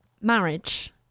marriage